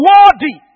Worthy